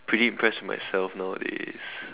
pretty impressed with myself nowadays